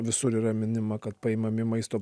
visur yra minima kad paimami maisto